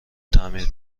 تعمیر